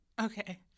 Okay